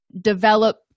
develop